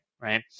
right